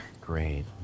Great